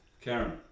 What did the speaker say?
Karen